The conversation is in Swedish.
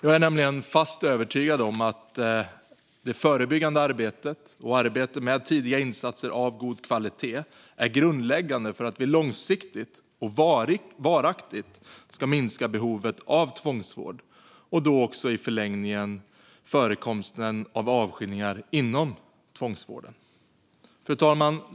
Jag är nämligen fast övertygad om att det förebyggande arbetet och arbetet med tidiga insatser av god kvalitet är grundläggande för att långsiktigt och varaktigt minska behovet av tvångsvård och i förlängningen också av förekomsten av avskiljningar inom tvångsvården. Fru talman!